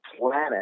planet